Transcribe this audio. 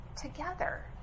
together